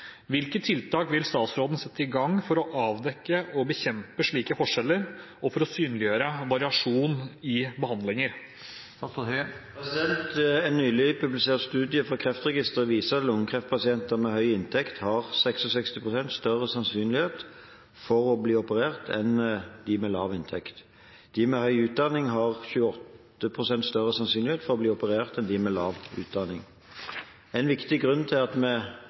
Hvilke tiltak vil statsråden sette i gang for å avdekke og bekjempe slike forskjeller og for å synliggjøre variasjon i behandlinger?» En nylig publisert studie fra Kreftregisteret viser at lungekreftpasienter med høy inntekt har 66 pst. større sannsynlighet for å bli operert enn dem med lav inntekt. De med høy utdanning har 28 pst. større sannsynlighet for å bli operert enn dem med lav utdanning. En viktig grunn til at vi